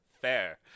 fair